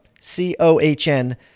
C-O-H-N